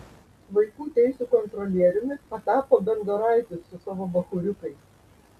vaikų teisių kontrolieriumi patapo bendoraitis su savo bachūriukais